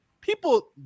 people